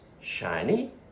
shiny